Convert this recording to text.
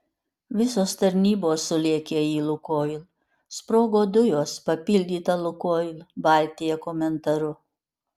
visos tarnybos sulėkė į lukoil sprogo dujos papildyta lukoil baltija komentaru